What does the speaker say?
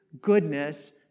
goodness